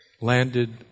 landed